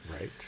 Right